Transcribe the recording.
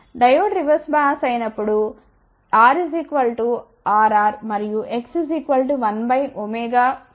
diode reverse bias అయినప్పుడు ఇప్పుడు R Rr మరియు X 1 Cj